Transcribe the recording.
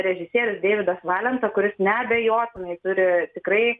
režisierius deividas valenta kuris neabejotinai turi tikrai